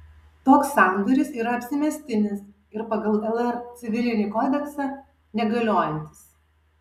toks sandoris yra apsimestinis ir pagal lr civilinį kodeksą negaliojantis